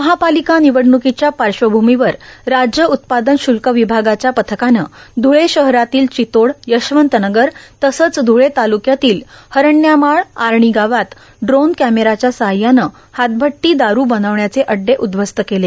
महार्पालका नवडण्कोच्या पाश्वभ्र्ममवर राज्य उत्पादन श्ल्क विभागाच्या पथकानं ध्रळे शहरातील र्पचतोड यशवंत नगर तसंच ध्रळे ताल्रक्यातील हरण्यामाळ आर्णा गावात ड्रोन कॅमेऱ्याच्या साह्यानं हातभट्टी दारू बर्नावण्याचे अड्डे उदध्वस्त केले